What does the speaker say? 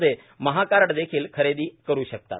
मध्ये महाकार्ड देखील खरेदी करू शकतात